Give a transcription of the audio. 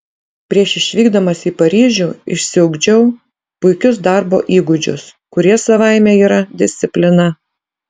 prieš išvykdamas į paryžių išsiugdžiau puikius darbo įgūdžius kurie savaime yra disciplina